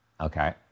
okay